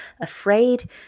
afraid